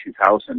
2000